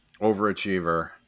overachiever